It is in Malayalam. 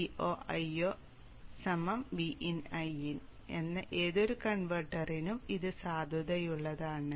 VoIo Vin Iin എന്ന ഏതൊരു കൺവെർട്ടറിനും ഇത് സാധുതയുള്ളതാണ്